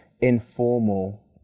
informal